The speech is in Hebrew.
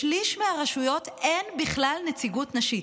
בשליש מהרשויות אין בכלל נציגות נשית.